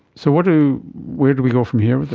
so where do where do we go from here with